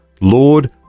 Lord